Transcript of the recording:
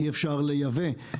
שאי אפשר לייבא,